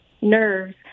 nerves